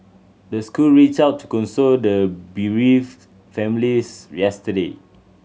the school reached out to console the bereaved families yesterday